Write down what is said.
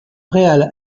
real